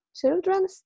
Children